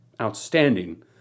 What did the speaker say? outstanding